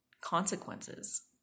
consequences